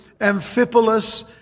Amphipolis